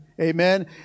Amen